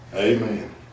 Amen